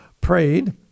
prayed